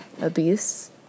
abuse